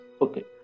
Okay